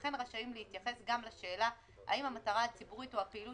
וכן רשאים להתייחס גם לשאלה האם המטרה הציבורית או הפעילות